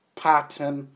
pattern